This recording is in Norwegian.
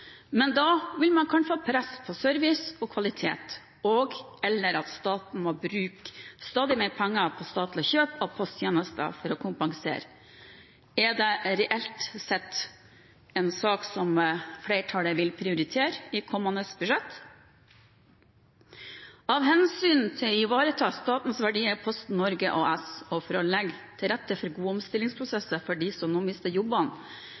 men da vil man kunne få press på service og kvalitet og/eller at staten må bruke stadig mer penger på statlig kjøp av posttjenenester for å kompensere. Er det reelt sett en sak som flertallet vil prioritere i kommende budsjett? Av hensyn til å ivareta statens verdier i Posten Norge AS og for å legge til rette for gode omstillingsprosesser for dem som nå mister jobbene,